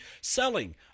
selling